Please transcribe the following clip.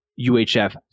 UHF